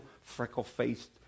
freckle-faced